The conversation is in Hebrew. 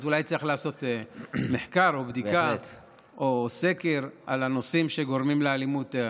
אולי צריך לעשות מחקר או בדיקה או סקר על הנושאים שגורמים לאלימות.